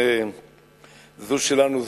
זו שלנו,